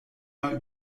mal